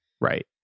Right